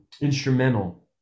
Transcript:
instrumental